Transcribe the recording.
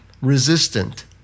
resistant